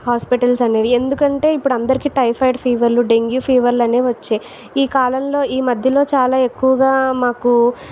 hospitals అనేవి ఎందుకంటే ఇప్పుడు అందరికీ టైఫాయిడ్ ఫీవర్లు డెంగ్యూ ఫీవర్లు అనేవి వచ్చాయి ఈ కాలంలో ఈ మధ్యలో చాలా ఎక్కువగా మాకు